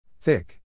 Thick